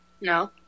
No